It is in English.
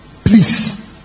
Please